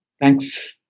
Thanks